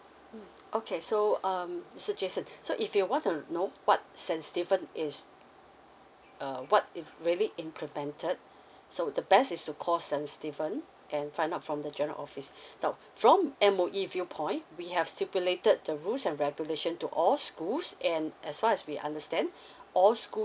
mm okay so um mister Jason so if you want to know what saint stephen's is uh what if really implemented so the best is to cold saint stephen's and find out from the general office now from M_O_E viewpoint we have stipulated the rules and regulation to all schools and as well as we understand all schools